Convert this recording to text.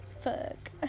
Fuck